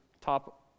top